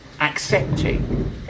accepting